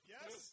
Yes